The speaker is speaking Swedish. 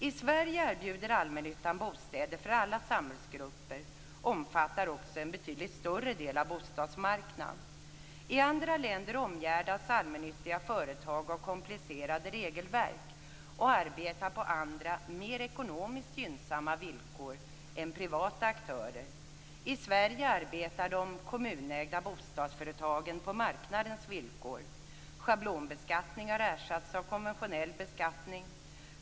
I Sverige erbjuder allmännyttan bostäder för alla samhällsgrupper och omfattar också en betydligt större del av bostadsmarknaden. I andra länder omgärdas allmännyttiga företag av komplicerade regelverk. De arbetar på andra, mer ekonomiskt gynnsamma villkor än privata aktörer. I Sverige arbetar de kommunägda bostadsföretagen på marknadens villkor. Schablonbeskattning har ersatts av konventionell beskattning.